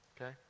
Okay